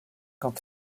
quand